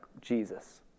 Jesus